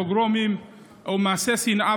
פוגרומים או מעשי שנאה,